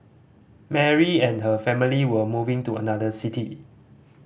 Mary and her family were moving to another city